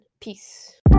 peace